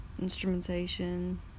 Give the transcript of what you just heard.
instrumentation